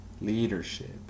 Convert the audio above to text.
leadership